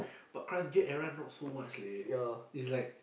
but Crush Gear era not so much leh it's like